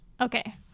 Okay